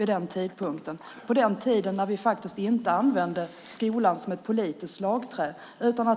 Det var på den tiden när vi inte använde skolan som ett politiskt slagträ utan